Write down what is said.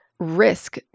Risk